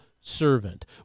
servant